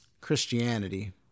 Christianity